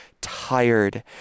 tired